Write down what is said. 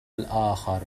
الآخر